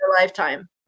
Lifetime